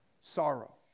sorrow